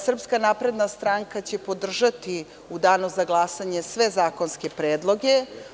Srpska napredna stranka će podržati u Danu za glasanje sve zakonske predloge.